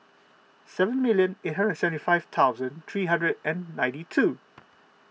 seven million eight hundred and seventy five thousand three hundred and ninety two